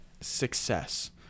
success